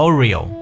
Oreo